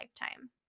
lifetime